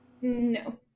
No